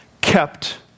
kept